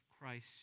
Christ